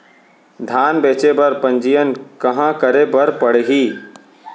धान बेचे बर पंजीयन कहाँ करे बर पड़ही?